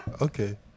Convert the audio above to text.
Okay